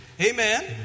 Amen